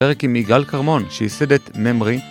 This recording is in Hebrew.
פרק עם יגאל כרמון, שיסד את ממרי